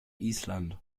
island